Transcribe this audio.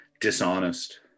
dishonest